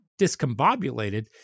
discombobulated